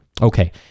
Okay